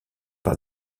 par